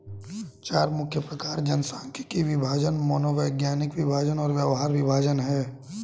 चार मुख्य प्रकार जनसांख्यिकीय विभाजन, मनोवैज्ञानिक विभाजन और व्यवहार विभाजन हैं